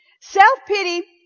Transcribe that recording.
Self-pity